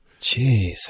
Jeez